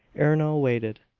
ernol waited,